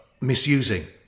misusing